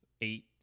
eight